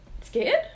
scared